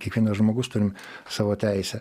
kiekvienas žmogus turim savo teisę